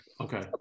Okay